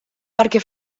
perquè